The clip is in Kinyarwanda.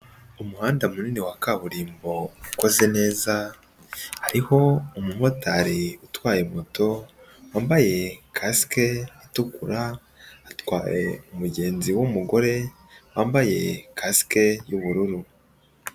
Umuhanda munini wa kaburimbo ukoze neza, hariho umumotari utwaye moto, wambaye kasike itukura, atwaye umugenzi w'umugore wambaye kasike y'ubururu.